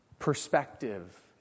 perspective